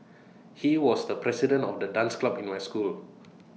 he was the president of the dance club in my school